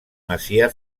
masia